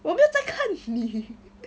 我没有在看你